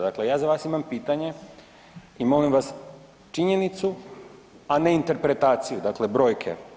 Dakle, ja za vas imam pitanje i molim vas činjenicu, a ne interpretaciju, dakle brojke.